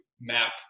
map